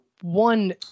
one